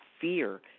fear